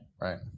Right